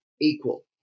equal